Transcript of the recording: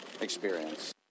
experience